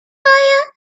fire